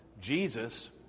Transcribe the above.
Jesus